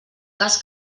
cas